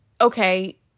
okay